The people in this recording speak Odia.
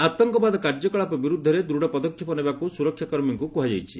ଆତଙ୍କବାଦ କାର୍ଯ୍ୟକଳାପ ବିରୁଦ୍ଧରେ ଦୃଢ଼ ପଦକ୍ଷେପ ନେବାକୁ ସୁରକ୍ଷା କର୍ମୀଙ୍କୁ କୁହାଯାଇଛି